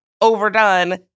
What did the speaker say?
overdone